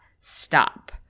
stop